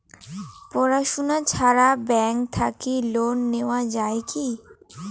পড়াশুনা ছাড়া ব্যাংক থাকি লোন নেওয়া যায় কি?